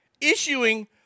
issuing